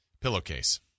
pillowcase